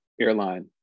airline